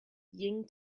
ying